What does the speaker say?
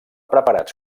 preparats